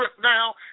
now